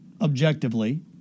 objectively